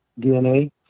DNA